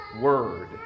word